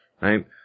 right